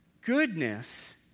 Goodness